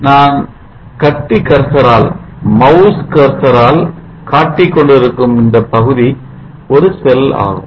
நான் சுட்டி கர்சரால் காட்டிக் கொண்டிருக்கும் இந்த பகுதி ஒரு செல் ஆகும்